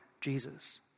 Jesus